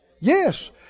yes